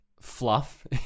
fluff